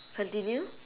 continue